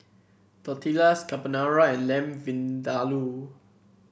Tortillas Carbonara and Lamb Vindaloo